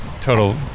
total